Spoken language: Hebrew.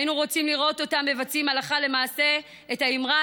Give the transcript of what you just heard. היינו רוצים לראות אותם מבצעים הלכה למעשה את האמרה